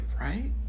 right